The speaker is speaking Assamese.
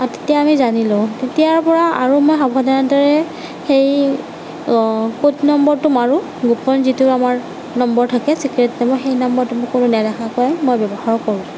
তেতিয়া আমি জানিলোঁ তেতিয়াৰ পৰা আৰু মই সাৱধানতাৰে সেই কোড নম্বৰটো মাৰোঁ গোপন যিটো আমাৰ নম্বৰ থাকে চিক্ৰেট নম্বৰ সেইটো নম্বৰটো কোনো নেদেখাকৈ মই ব্যৱহাৰ কৰোঁ